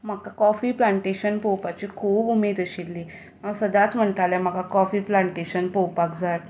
म्हाका coffee plantation पळोवपाची खूब उमेद आशिल्ली हांव सदांच म्हणटालें म्हाका कॉफी प्लांटेशन पळोवपाक जाय